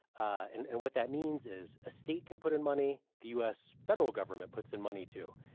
and and what that means is a state can put in money. the u s. federal government puts in money, too.